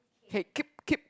hey keep keep